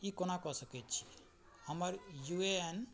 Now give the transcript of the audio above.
ई कोना कए सकय छी हमर यू ए एन